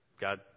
God